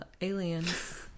aliens